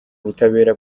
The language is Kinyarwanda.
ubutabera